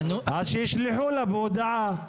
אז שישלחו לה בהודעה.